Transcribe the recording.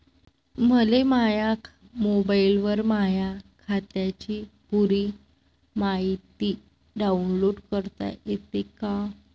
मले माह्या मोबाईलवर माह्या खात्याची पुरी मायती डाऊनलोड करता येते का?